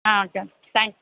ah okay thanks